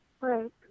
Right